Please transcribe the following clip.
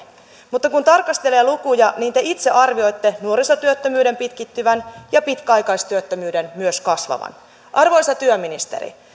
mutta kun tarkastelee lukuja niin te itse arvioitte nuorisotyöttömyyden pitkittyvän ja pitkäaikaistyöttömyyden myös kasvavan arvoisa työministeri